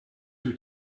her